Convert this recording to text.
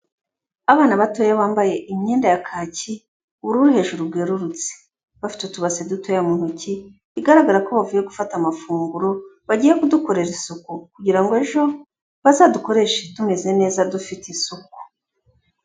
Abana batoya bambaye imyenda ya kaki, ubururu hejuru bwerurutse bafite utubase dutoya mu ntoki bigaragara ko bavuye gufata amafunguro, bagiye kudukorera isuku kugira ngo ejo bazadukoreshe tumeze neza dufite isuku.